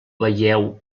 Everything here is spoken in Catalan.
veieu